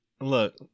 look